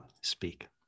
speak